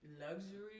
luxury